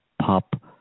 pop